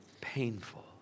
painful